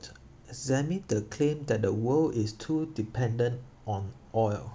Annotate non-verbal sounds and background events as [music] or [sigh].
[noise] the claim that the world is too dependent on oil